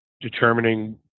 determining